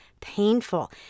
painful